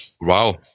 wow